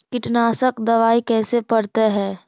कीटनाशक दबाइ कैसे पड़तै है?